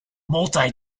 multi